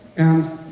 and,